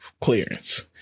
clearance